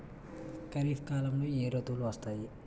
ఖరిఫ్ కాలంలో ఏ ఋతువులు వస్తాయి?